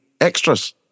Extras